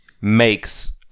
makes